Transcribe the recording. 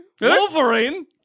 Wolverine